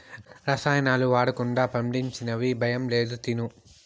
రసాయనాలు వాడకుండా పండించినవి భయం లేదు తిను